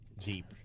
Deep